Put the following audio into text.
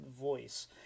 voice